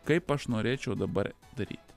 kaip aš norėčiau dabar daryti